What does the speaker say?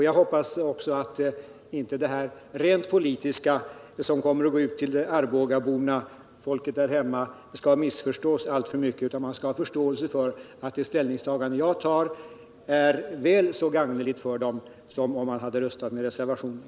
Jag hoppas också att den rent politiska argumentation som kommer att gå ut till Arbogaborna inte skall missförstås alltför mycket utan att de skall ha förståelse för att det ställningstagande som jag har tagit är väl så gagneligt för dem som om jag hade röstat på reservationen.